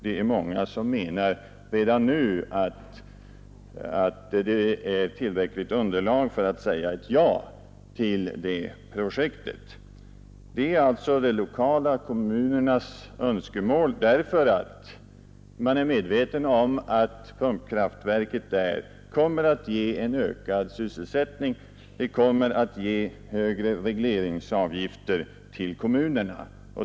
Det är många som redan nu menar att det finns tillräckligt underlag för att säga ett ja till detta projekt. Det är alltså de lokala kommunernas önskemål, ty man är medveten om att pumpkraftverket kommer att ge en ökad sysselsättning och högre regleringsavgifter till kommunerna.